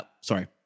sorry